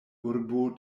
urbo